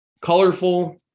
colorful